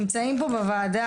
נמצאים פה בוועדה,